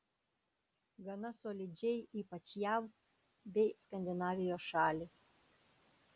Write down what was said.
gana solidžiai ypač jav bei skandinavijos šalys